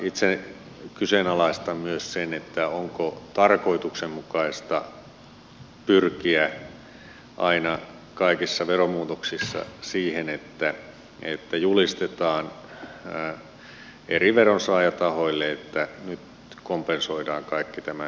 itse kyseenalaistan myös sen onko tarkoituksenmukaista pyrkiä aina kaikissa veromuutoksissa siihen että julistetaan eri veronsaajatahoille että nyt kompensoidaan kaikki tämän vaikutukset